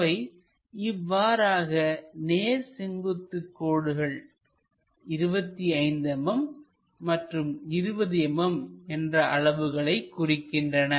அவை இவ்வாறாக நேர் செங்குத்து கோடுகள் 25 mm மற்றும் 20 mm என்ற அளவுகளை குறிக்கின்றன